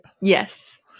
yes